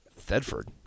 Thedford